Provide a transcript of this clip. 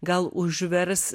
gal užvers